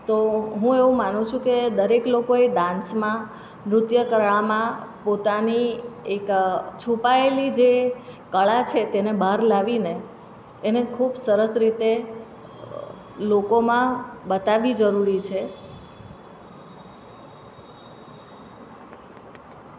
તો હું એવું માનું છું કે દરેક લોકોએ ડાન્સમાં નૃત્ય કળામાં પોતાની એક છુપાયેલી જે કળા છે તેને બહાર લાવીને એને ખૂબ સરસ રીતે લોકોમાં બતાવવી જરૂરી છે